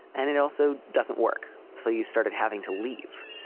and it also doesn't work. so you started having to leave,